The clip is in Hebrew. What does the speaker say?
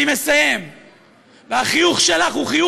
אני מסיים.